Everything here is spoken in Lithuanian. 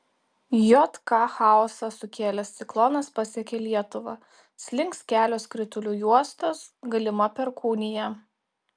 jk chaosą sukėlęs ciklonas pasiekė lietuvą slinks kelios kritulių juostos galima perkūnija